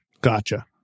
Gotcha